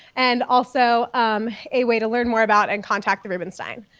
and also a way to learn more about and contact the rubenstein.